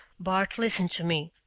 bart, listen to me,